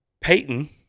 Peyton